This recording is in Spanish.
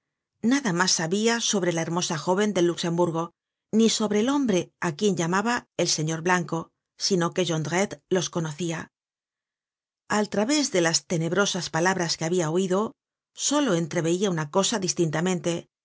nada mas sabia sobre la hermosa jóven del luxemburgo ni sobre el hombre á quien llamaba el señor blanco sino que jondrette los conocia al través de las tenebrosas palabras que habia oido solo entreveia una cosa distintamente